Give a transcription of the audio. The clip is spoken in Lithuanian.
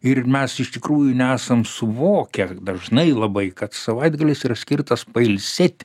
ir mes iš tikrųjų nesam suvokę dažnai labai kad savaitgalis yra skirtas pailsėt